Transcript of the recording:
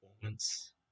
performance